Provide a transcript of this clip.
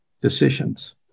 decisions